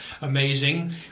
amazing